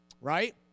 Right